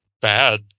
bad